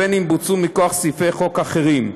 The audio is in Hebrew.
ובין שבוצעו מכוח סעיפי חוק אחרים,